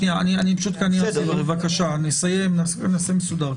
נעשה מסודר.